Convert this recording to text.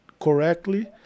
correctly